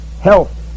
health